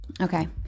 Okay